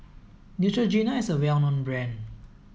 Neutrogena is a well known brand